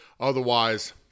Otherwise